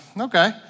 okay